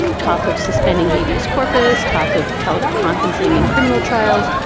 talk of suspending habeas corpus, talk of teleconferencing in criminal trials,